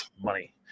money